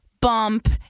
bump